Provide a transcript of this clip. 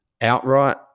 outright